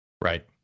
Right